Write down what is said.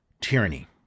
tyranny